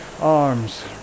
arms